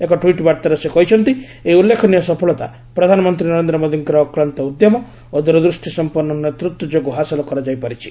ଏକ ଟ୍ୱିଟ୍ ବାର୍ତ୍ତାରେ ସେ କହିଛନ୍ତି ଏହି ଉଲ୍ଲ୍ଲେଖନୀୟ ସଫଳତା ପ୍ରଧାନମନ୍ତ୍ରୀ ନରେନ୍ଦ୍ର ମୋଦିଙ୍କ ଅକ୍ଲାନ୍ତ ଉଦ୍ୟମ ଓ ଦୂରଦୃଷ୍ଟିସମ୍ପନ୍ନ ନେତୃତ୍ୱ ଯୋଗୁଁ ହାସଲ କରାଯାଇପାରିଛି